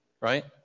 right